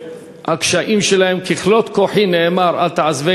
והקשיים שלהם, נאמר, "ככלות כוחי אל תעזבני".